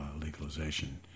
legalization